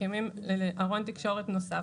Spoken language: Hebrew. מקימים ארון תקשורת נוסף,